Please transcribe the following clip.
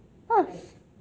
!hais!